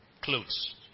clothes